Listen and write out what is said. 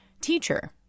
Teacher